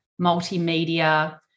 multimedia